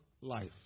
life